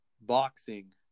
boxing